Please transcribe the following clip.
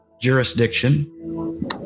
jurisdiction